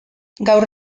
gaur